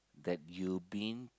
that you been